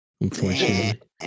Unfortunately